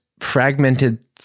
fragmented